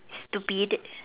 stupid